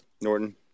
Norton